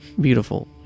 Beautiful